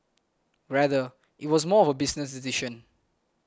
rather it was more of a business decision